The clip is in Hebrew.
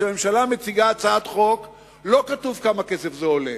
כשהממשלה מציגה הצעת חוק לא כתוב כמה כסף זה עולה,